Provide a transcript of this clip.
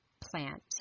plant